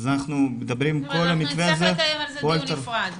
אנחנו נצטרך לקיים על זה דיון נפרד.